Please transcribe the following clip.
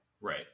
Right